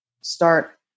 start